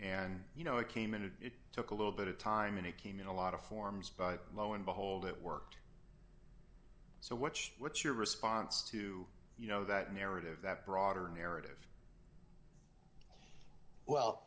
and you know it came in and it took a little bit of time and it came in a lot of forms by lo and behold it worked so which what's your response to you know that narrative that broader narrative well